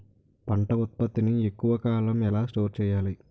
పంట ఉత్పత్తి ని ఎక్కువ కాలం ఎలా స్టోర్ చేయాలి?